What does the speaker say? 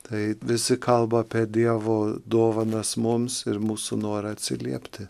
taip visi kalba apie dievo dovanas mums ir mūsų norą atsiliepti